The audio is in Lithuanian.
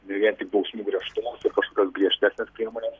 ne vien tik bausmių griežtumo kažkokios griežtesnės priemonės